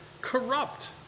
corrupt